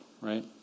right